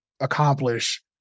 accomplish